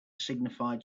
signified